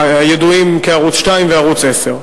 הידועים כערוץ-2 וערוץ-10.